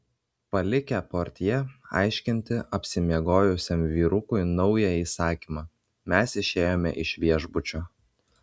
palikę portjė aiškinti apsimiegojusiam vyrukui naują įsakymą mes išėjome iš viešbučio